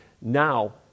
now